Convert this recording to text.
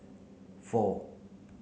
four